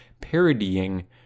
Parodying